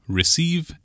receive